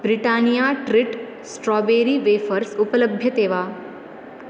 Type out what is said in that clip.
Britannia treat strawberry wafers उपलभ्यते वा